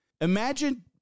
Imagine